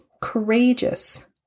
courageous